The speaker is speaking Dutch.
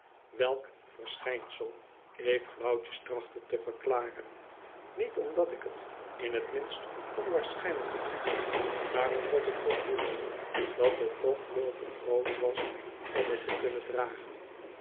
welk verschijnsel ik flauwtjes trachtte te verklaren niet omdat ik t in t minst onwaarschijnlijk achtte maar omdat ik gevoelde dat t toch veel te groot was om t te kunnen dragen